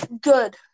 good